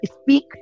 speak